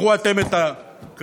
קחו אתם את הקרדיט.